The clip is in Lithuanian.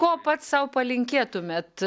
ko pats sau palinkėtumėt